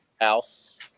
House